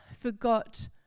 forgot